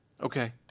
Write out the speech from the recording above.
Okay